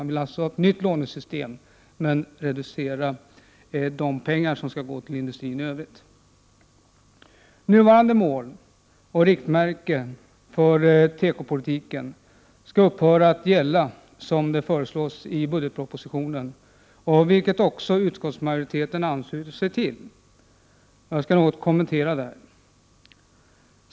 De vill alltså ha ett nytt lånesystem men reducera de pengar som skall gå till industrin i övrigt. Nuvarande mål och riktmärke för tekopolitiken skall upphöra att gälla, föreslås det i budgetpropositionen, vilket utskottsmajoriteten anslutit sig till. Jag skall något kommentera detta.